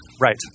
Right